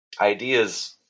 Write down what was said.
ideas